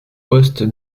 poste